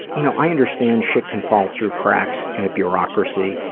you know, i understand shit can fall through cracks in a bureaucracy,